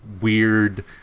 weird